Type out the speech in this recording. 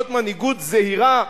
זאת מנהיגות זהירה?